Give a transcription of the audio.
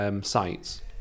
sites